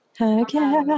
Okay